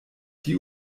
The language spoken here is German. die